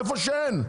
איפה שאין,